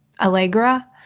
Allegra